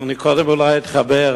אני קודם אולי אתחבר,